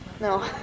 No